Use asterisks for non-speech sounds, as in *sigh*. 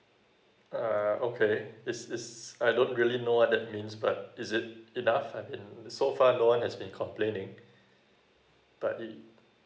uh okay is is I don't really know what that means but is it enough I mean so far no one has been complaining *breath* but it